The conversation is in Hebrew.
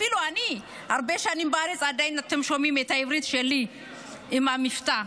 אפילו אני הרבה שנים בארץ ועדיין אתם שומעים את העברית שלי עם המבטא.